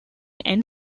end